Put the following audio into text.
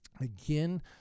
again